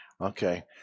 Okay